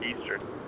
Eastern